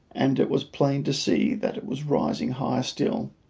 and it was plain to see that it was rising higher still.